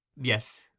Yes